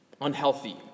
unhealthy